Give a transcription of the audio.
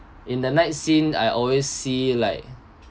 in the night scene I always see like